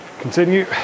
continue